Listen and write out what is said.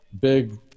big